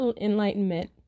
enlightenment